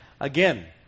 Again